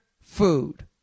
food